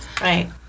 Right